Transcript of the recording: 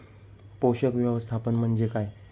पोषक व्यवस्थापन म्हणजे काय?